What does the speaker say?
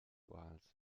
wals